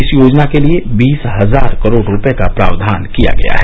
इस योजना के लिए बीस हजार करोड़ रुपये का प्रावधान किया गया है